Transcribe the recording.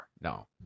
no